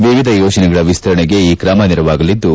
ವಿವಿಧ ಯೋಜನೆಗಳ ವಿಸ್ತರಣೆಗೆ ಈ ತ್ರಮ ನೆರವಾಗಲಿದ್ದು